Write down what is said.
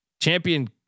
champion